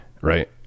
Right